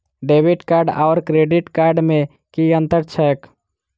Debit card आओर credit card मे की अन्तर छैक?